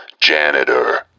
janitor